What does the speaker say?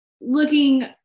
looking